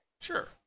Sure